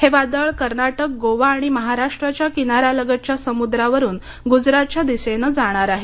हे वादळ कर्नाटक गोवा आणि महाराष्ट्राच्या किनाऱ्यालगतच्या समुद्रावरून गुजरातच्या दिशेनं जाणार आहे